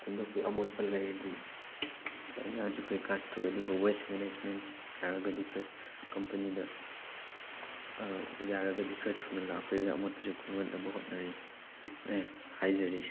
ꯍꯨꯟꯗꯣꯛꯄꯒꯤ ꯑꯃꯣꯠꯄ ꯂꯩꯔꯗꯤ ꯂꯩꯅꯥꯁꯨ ꯀꯩꯀꯥꯁꯨ ꯊꯣꯛꯑꯦ ꯑꯗꯨꯒ ꯋꯦꯁ ꯃꯦꯅꯦꯁꯃꯦꯟ ꯌꯥꯔꯒꯗꯤ ꯀꯝꯄꯦꯅꯤꯗ ꯌꯥꯔꯒꯗꯤ ꯈꯔ ꯊꯨꯅ ꯂꯥꯛꯄꯄꯤꯔꯒ ꯑꯃꯣꯠꯄꯁꯦ ꯈꯨꯟꯒꯠꯅꯕ ꯍꯣꯠꯅꯔꯤ ꯑꯦ ꯍꯥꯏꯖꯔꯤ